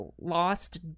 lost